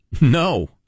No